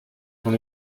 dans